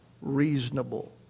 reasonable